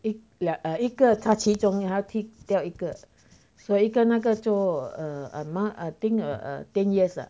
一两一个他其中他踢掉一个说一个那个做 err mah err I think uh ten years ah